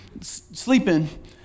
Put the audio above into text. sleeping